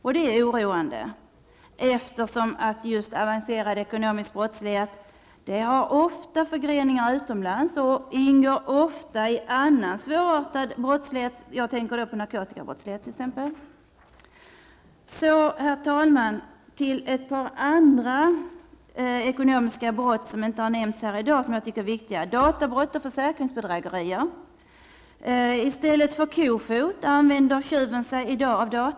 Detta är oroande, eftersom avancerad ekonomisk brottslighet ofta har förgreningar utomlands eller ingår i annan svårartad brottslighet, t.ex. narkotikabrottslighet. Herr talman! Ett par andra ekonomiska brott som inte har nämnts är databrott och försäkringsbedrägerier. I stället för kofot använder tjuven i dag datorn.